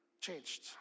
changed